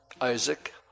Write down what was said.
Isaac